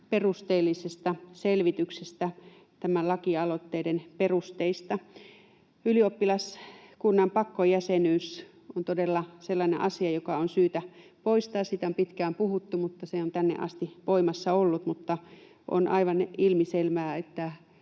perusteellisesta selvityksestä tämän lakialoitteen perusteista. Ylioppilaskunnan pakkojäsenyys on todella sellainen asia, joka on syytä poistaa. Siitä on pitkään puhuttu, mutta se on tänne asti ollut voimassa. On aivan ilmiselvää, että